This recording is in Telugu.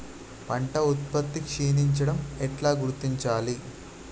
పంట ఉత్పత్తి క్షీణించడం ఎలా గుర్తించాలి?